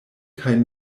kaj